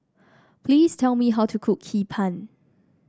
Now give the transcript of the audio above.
please tell me how to cook Hee Pan